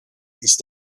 ist